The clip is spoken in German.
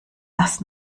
das